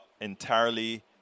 entirely